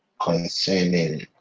concerning